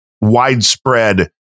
widespread